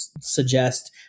suggest